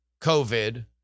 COVID